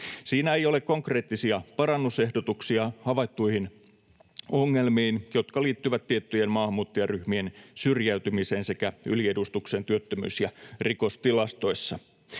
Siinä ei ole konkreettisia parannusehdotuksia havaittuihin ongelmiin, jotka liittyvät tiettyjen maahanmuuttajaryhmien syrjäytymiseen sekä yliedustukseen työttömyys- ja rikostilastoissa.